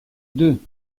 deux